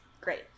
great